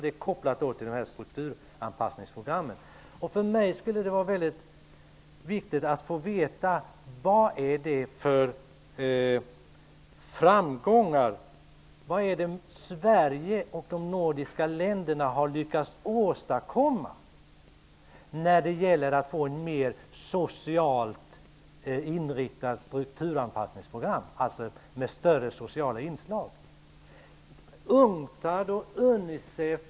Det är kopplat till strukturanpassningsprogrammet. Det är viktigt för mig att få veta vad det är Sverige och de övriga nordiska länderna har lyckats åstadkomma när det gäller ett strukturanpassningsprogram med större sociala inslag. Vad är det för framgångar?